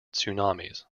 tsunamis